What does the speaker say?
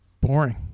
boring